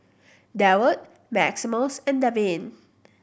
Deward Maximus and Davin